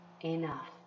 enough